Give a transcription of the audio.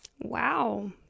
Wow